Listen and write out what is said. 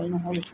ভাল নহ'ল